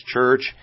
Church